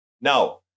Now